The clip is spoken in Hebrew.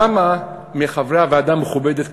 כמה מחברי הוועדה המכובדת,